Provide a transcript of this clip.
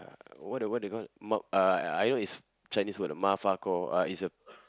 uh what the what they called it mak~ uh I know it's Chinese word uh it's a